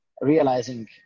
realizing